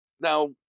Now